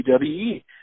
WWE